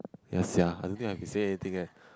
ya sia I don't think I have been saying anything eh